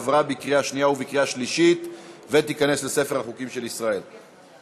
עברה בקריאה שנייה ובקריאה שלישית ותיכנס לספר החוקים של מדינת ישראל.